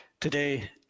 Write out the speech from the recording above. today